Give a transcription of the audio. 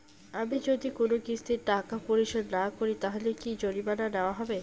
আমি যদি কোন কিস্তির টাকা পরিশোধ না করি তাহলে কি জরিমানা নেওয়া হবে?